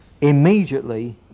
Immediately